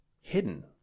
hidden